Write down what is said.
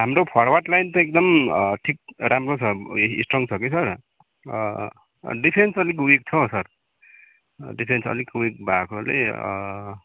हाम्रो forward line त एकदम ठिक राम्रो छ स्ट्रङ छ कि सर डिफेन्स अलिक विक छ हौ सर डिफेन्स अलिक विक भएकोले